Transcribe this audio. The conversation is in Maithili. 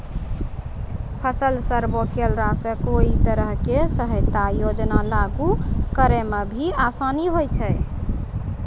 फसल सर्वे करैला सॅ कई तरह के सहायता योजना लागू करै म भी आसानी होय छै